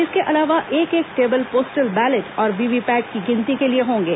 इसके अलावा एक एक टेबल पोस्टल बैलेट और वीवीपैट की गिनती के लिए होंगे